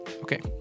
Okay